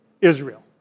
Israel